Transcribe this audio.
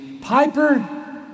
Piper